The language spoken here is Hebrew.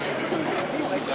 זכרה